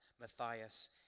Matthias